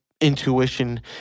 intuition